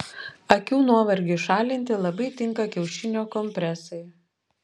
akių nuovargiui šalinti labai tinka kiaušinio kompresai